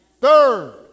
Third